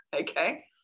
okay